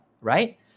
right